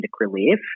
relief